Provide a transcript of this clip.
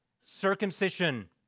circumcision